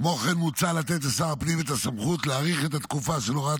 כמו כן מוצע לתת לשר הפנים את הסמכות להאריך את התקופה של הוראת